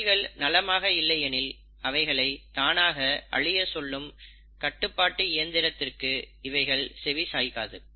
செல்கள் நலமாக இல்லையெனில் அவைகளை தானாக அழிய சொல்லும் கட்டுப்பாட்டு இயந்திரத்திற்கு இவைகள் செவி சாய்க்காது